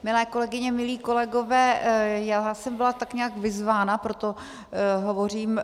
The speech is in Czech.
Milé kolegyně, milí kolegové, já jsem byla tak nějak vyzvána, proto hovořím.